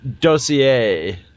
dossier